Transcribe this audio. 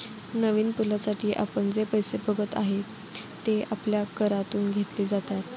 नवीन पुलासाठी आपण जे पैसे बघत आहात, ते आपल्या करातून घेतले जातात